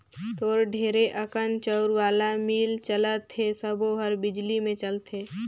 तोर ढेरे अकन चउर वाला मील चलत हे सबो हर बिजली मे चलथे